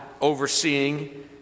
overseeing